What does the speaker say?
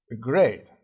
great